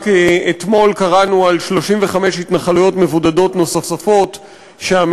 רק אתמול קראנו על 35 התנחלויות מבודדות נוספות שהממשלה